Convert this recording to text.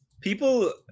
People